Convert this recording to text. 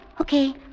okay